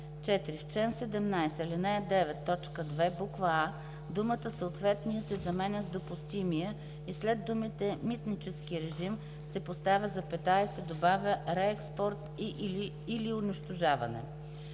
4. В чл. 17, ал. 9, т. 2, буква „а“ думата „съответния“ се заменя с „допустимия“, а след думите „митнически режим” се поставя запетая и се добавя „реекспорт или унищожаване“.